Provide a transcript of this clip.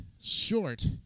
short